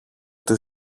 του